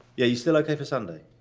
yeah you still okay for sunday?